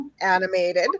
animated